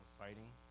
fighting